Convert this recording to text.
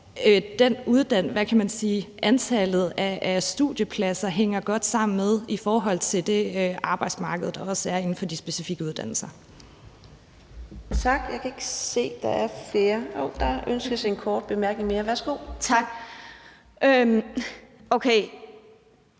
ressourcer, og at antallet af studiepladser hænger godt sammen med det arbejdsmarked, der er inden for de specifikke uddannelser.